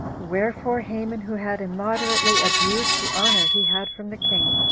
wherefore haman, who had immoderately abused the honor he had from the king,